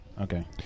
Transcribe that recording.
Okay